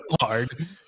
hard